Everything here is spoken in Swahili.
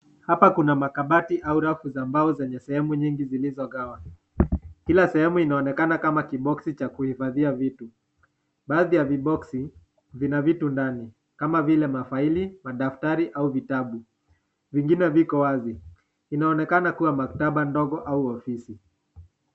Hapa kuna makabati au rafu za mbao zenye sehemu nyingi zilizogawa. Kila sehemu inaonekana kama kiboksi cha kuhifadhia vitu. Baadhi ya viboksi vina vitu ndani kama vile mafaili, madaftari au vitabu. Vingine viko wazi. Inaonekana kuwa maktaba ndogo au ofisi.